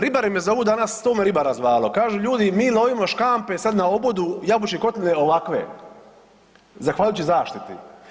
Ribari me zovu danas 100 me ribara zvalo, kažu ljudi mi lovimo škampe sad na obodu Jabučne kotline ovakve zahvaljujući zaštiti.